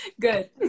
Good